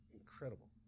incredible